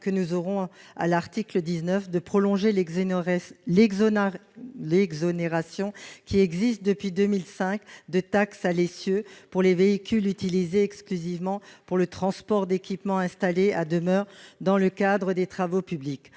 que nous aurons à l'article 19 -de prolonger l'exonération, en vigueur depuis 2005, de taxe à l'essieu pour les véhicules utilisés exclusivement pour le transport d'équipements installés à demeure dans le cadre des travaux publics.